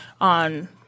on